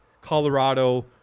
Colorado